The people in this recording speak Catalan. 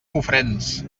cofrents